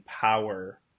power